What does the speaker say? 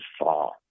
fall